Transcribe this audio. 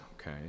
okay